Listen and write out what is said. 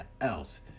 else